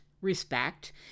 respect